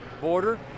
border